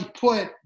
put